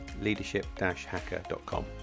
leadership-hacker.com